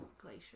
glacier